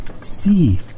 see